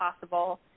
possible